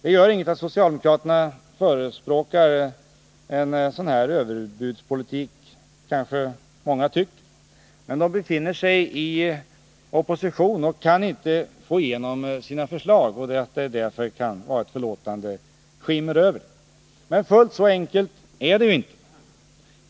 Det gör inget att socialdemokraterna förespråkar en överbudspolitik, kanske många tycker. De befinner sig i opposition och kan inte få igenom sina förslag, och det kan ge ett förlåtande skimmer över förslagen. Men fullt så enkelt är det inte.